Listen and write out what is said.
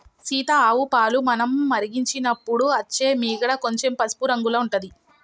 సీత ఆవు పాలు మనం మరిగించినపుడు అచ్చే మీగడ కొంచెం పసుపు రంగుల ఉంటది